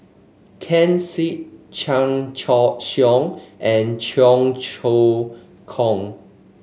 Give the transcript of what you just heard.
Ken Seet Chan Choy Siong and Cheong Choong Kong